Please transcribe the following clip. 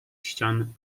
ścian